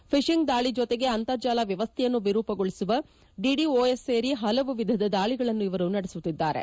phishing ದಾಳಿ ಜೊತೆಗೆ ಅಂತರ್ಜಾಲ ವ್ಯವಸ್ಥೆಯನ್ನು ವಿರೂಪಗೊಳಿಸುವ ಡಿಡಿಒಎಸ್ ಸೇರಿ ಪಲವು ವಿಧದ ದಾಳಿಗಳನ್ನು ಇವರು ನಡೆಸುತ್ತಿದ್ದಾರೆ